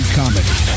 comedy